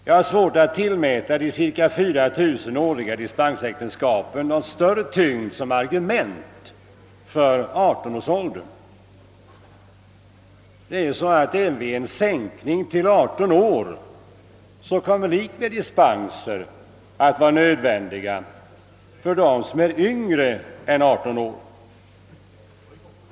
Jag har svårt att tillmäta de cirka 4000 årliga dispensäktenskapen någon större tyngd som argument för 18-årsåldern. Även vid en sänkning till 18 år kommer likväl dispenser att vara nödvändiga för dem som är yngre än 18 år.